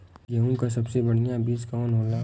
गेहूँक सबसे बढ़िया बिज कवन होला?